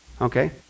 okay